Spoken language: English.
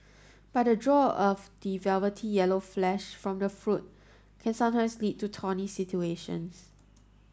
but the draw of the velvety yellow flesh from the fruit can sometimes lead to thorny situations